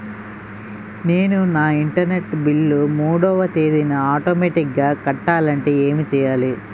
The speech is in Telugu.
నేను నా ఇంటర్నెట్ బిల్ మూడవ తేదీన ఆటోమేటిగ్గా కట్టాలంటే ఏం చేయాలి?